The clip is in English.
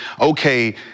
okay